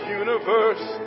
universe